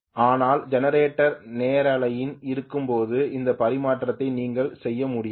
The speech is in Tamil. ஆனால் ஜெனரேட்டர் நேரலையில் இருக்கும்போது இந்த பரிமாற்றத்தை நீங்கள் செய்ய முடியாது